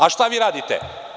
A šta vi radite?